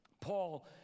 Paul